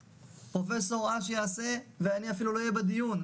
פרופ' אש יעשה ואני אפילו לא אהיה בדיון.